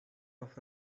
off